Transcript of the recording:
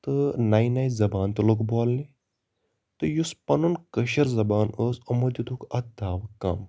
تہٕ نٔے نٔے زَبانہٕ تہِ لوگ بولنہِ تہٕ یُس پَنُن کٲشر زَبان ٲس یِمو دِیتُکھ اَتھ داوٕ کَم